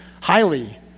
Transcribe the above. highly